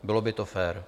Bylo by to fér.